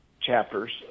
chapters